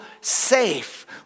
safe